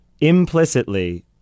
Implicitly